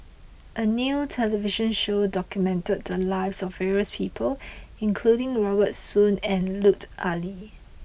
a new television show documented the lives of various people including Robert Soon and Lut Ali